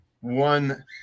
one